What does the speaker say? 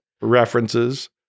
references